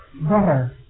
better